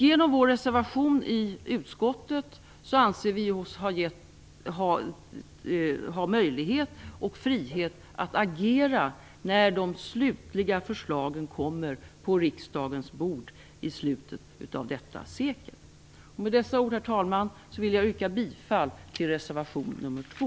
Genom vår reservation i utskottet anser vi oss ha möjlighet och frihet att agera när de slutliga förslagen kommer på riksdagens bord i slutet av detta sekel. Herr talman! Med dessa ord yrkar jag bifall till reservation nr 2.